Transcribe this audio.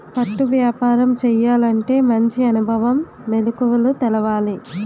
పట్టు వ్యాపారం చేయాలంటే మంచి అనుభవం, మెలకువలు తెలవాలి